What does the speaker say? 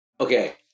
Okay